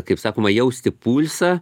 kaip sakoma jausti pulsą